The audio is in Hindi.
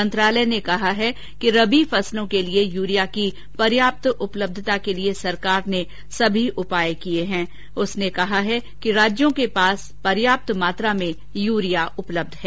मंत्रालय ने कहा है कि रबि फसलों के लिए यूरिया की पर्याप्त उपलब्धता के लिए सरकार ने सभी उपाय किये हैं और राज्यों के पास पर्याप्त मात्रा में युरिया उपलब्ध है